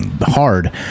hard